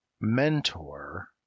mentor